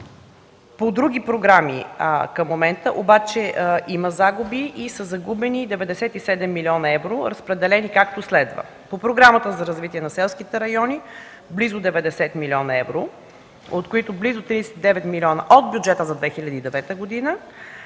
По други програми към момента обаче има загуби и са загубени 97 млн. евро, разпределени, както следва: по Програмата за развитие на селските райони – близо 90 млн. евро, от които близо 39 милиона от бюджета за 2009 г.,